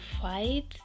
fight